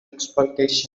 exploitation